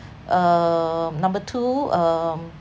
um number two um